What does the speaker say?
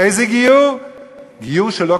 זה לא נוגע לאנשים שכן רוצים להתגייר והם מתגיירים כהלכה,